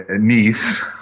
niece